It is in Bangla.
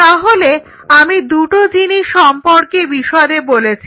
তাহলে আমি দুটো জিনিস সম্পর্কে বিশদে বলেছি